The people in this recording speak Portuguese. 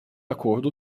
acordo